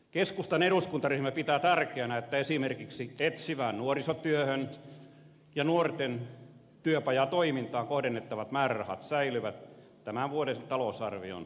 keskustan eduskuntaryhmä pitää tärkeänä että esimerkiksi etsivään nuorisotyöhön ja nuorten työpajatoimintaan kohdennettavat määrärahat säilyvät tämän vuoden talousarvion tasolla